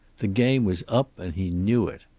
the game was up and he knew it.